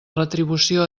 retribució